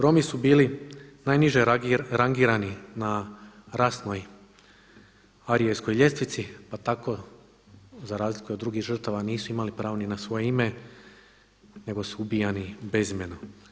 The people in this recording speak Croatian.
Romi su bili najniže rangirani na rasnoj arijevskoj ljestvici, pa tako za razliku od drugih žrtava nisu imali pravo ni na svoje ime nego su ubijeni bezimeno.